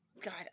God